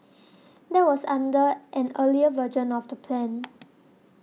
that was under an earlier version of the plan